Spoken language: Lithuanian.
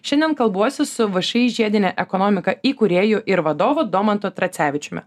šiandien kalbuosi su všį žiedinė ekonomika įkūrėju ir vadovu domantu tracevičiumi